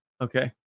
okay